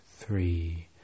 Three